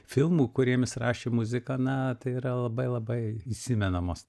filmų kuriem jis rašė muziką na tai yra labai labai įsimenamos